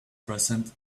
present